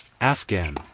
Afghan